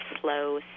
slow